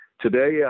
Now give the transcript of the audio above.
today